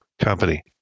company